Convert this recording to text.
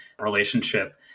relationship